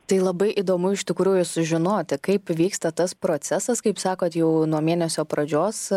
tai labai įdomu iš tikrųjų sužinoti kaip vyksta tas procesas kaip sakot jau nuo mėnesio pradžios